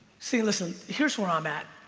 see listen here's where i'm at